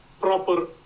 proper